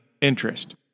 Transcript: interest